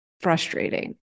frustrating